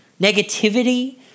Negativity